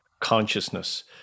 consciousness